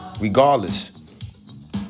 regardless